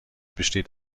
besteht